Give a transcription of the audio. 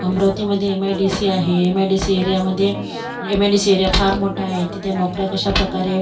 अमरावतीमध्ये M I D C आहे M I D C एरियामध्ये M I D C area फार मोठा आहे तिथे नोकऱ्या कशा प्रकारे